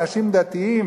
ואנשים דתיים,